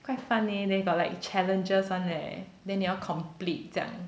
quite fun eh then got like challenges [one] leh then you 要 complete 这样